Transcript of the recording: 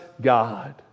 God